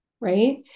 right